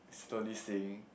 slowly sink